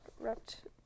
wrapped